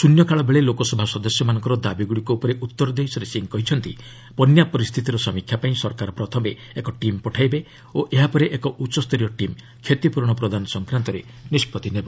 ଶ୍ରନ୍ୟକାଳବେଳେ ଲୋକସଭା ସଦସ୍ୟମାନଙ୍କର ଦାବିଗୁଡ଼ିକ ଉପରେ ଉତ୍ତର ଦେଇ ଶ୍ରୀ ସିଂ କହିଛନ୍ତି ବନ୍ୟା ପରିସ୍ଥିତିର ସମୀକ୍ଷା ପାଇଁ ସରକାର ପ୍ରଥମେ ଏକ ଟିମ୍ ପଠାଇବେ ଓ ଏହା ପରେ ଏକ ଉଚ୍ଚସ୍ତରୀୟ ଟିମ୍ କ୍ଷତିପ୍ରରଣ ପ୍ରଦାନ ସଂକ୍ରାନ୍ତରେ ନିଷ୍ପଭି ନେବ